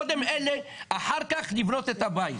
קודם אלה, אחר כך לבנות את הבית.